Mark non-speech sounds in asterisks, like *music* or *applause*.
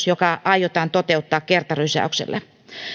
*unintelligible* joka aiotaan toteuttaa kertarysäyksellä